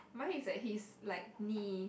mine is like he's like me